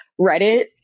Reddit